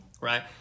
right